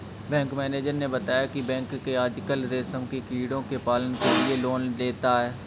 bank manager ने बताया की बैंक आजकल रेशम के कीड़ों के पालन के लिए लोन देता है